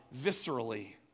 viscerally